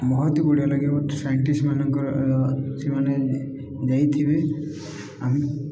ବହୁତ ବଢ଼ିଆ ଲାଗିବ ସାଇଣ୍ଟିଷ୍ଟମାନଙ୍କର ସେମାନେ ଯାଇଥିବେ ଆମେ